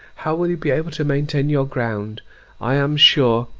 how will you be able to maintain your ground i am sure,